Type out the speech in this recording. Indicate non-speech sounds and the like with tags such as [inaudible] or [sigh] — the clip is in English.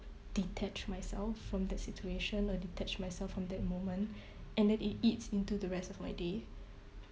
detach myself from that situation or detach myself from that moment [breath] and then it eats into the rest of my day